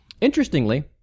interestingly